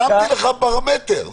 הבנתי, והשלמתי לך פרמטר.